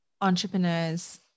entrepreneurs